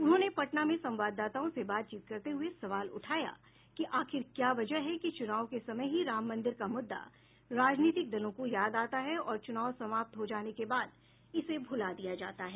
उन्होंने पटना में संवाददाताओं से बातचीत करते हये सवाल उठाया कि आखिर क्या वजह है कि चूनाव के समय ही राम मंदिर का मुददा राजनीतिक दलों को याद आता है और चूनाव समाप्त होने के बाद इसे भुला दिया जाता है